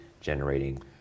generating